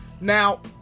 Now